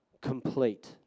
complete